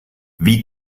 wie